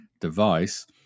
device